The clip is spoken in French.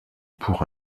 pour